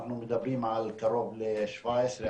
אנחנו מדברים על קרוב ל-17%-16%,